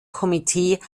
komitee